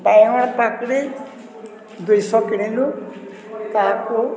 ବାଇଗଣ ପାଖରେ ଦୁଇଶହ କିଣିଲୁ ତାହାକୁ